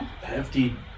hefty